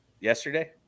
yesterday